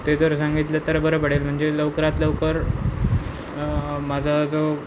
ते जर सांगितलं तर बरं पडेल म्हणजे लवकरात लवकर माझा जो